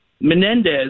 Menendez